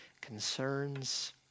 concerns